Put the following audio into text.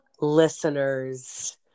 listeners